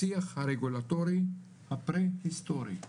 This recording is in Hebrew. השיח הרגולטורי הפרה היסטורי,